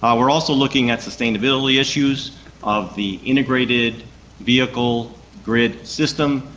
um we're also looking at sustainability issues of the integrated vehicle grid system,